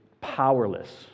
powerless